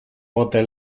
pote